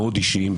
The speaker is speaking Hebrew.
המאוד "אישיים".